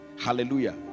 hallelujah